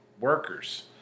workers